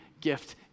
gift